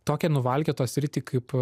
tokią nuvalkiotos sritį kaip